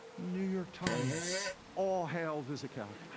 new york times all hail visicalc.